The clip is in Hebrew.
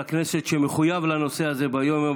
חבר הכנסת שמחויב לנושא הזה ביום-יום,